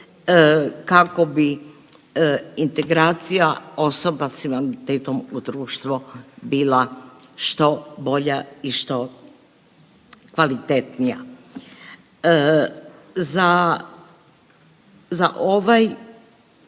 kako bi integracija osoba s invaliditetom u društvo bila što bolja i što kvalitetnija. Za, za